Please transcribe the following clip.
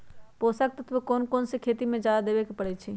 पोषक तत्व क कौन कौन खेती म जादा देवे क परईछी?